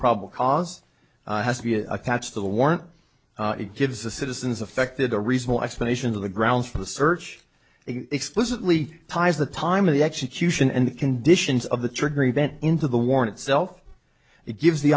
problem cause has to be attached to the warrant it gives the citizens affected a reasonable explanation of the grounds for the search explicitly pi's the time of the execution and the conditions of the trigger event into the warren itself it gives the